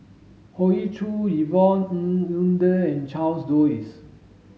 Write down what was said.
Hoey Choo Yvonne Ng Uhde and Charles Dyce